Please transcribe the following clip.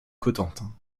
cotentin